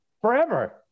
forever